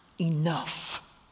enough